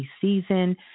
season